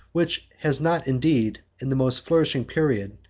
which has not, indeed, in the most flourishing period,